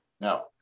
Now